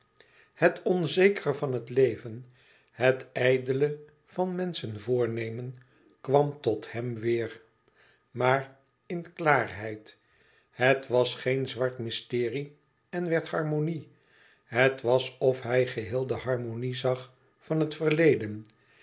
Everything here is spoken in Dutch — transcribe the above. het onzekere van het leven het ijdele van menschenvoornemen kwam tot hem weêr maar in klaarheid het was geen zwart mysterie en werd harmonie het was of hij geheel de harmonie zag van het verleden